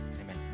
Amen